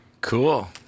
Cool